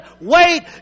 Wait